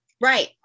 Right